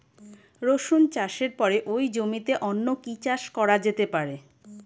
রসুন চাষের পরে ওই জমিতে অন্য কি চাষ করা যেতে পারে?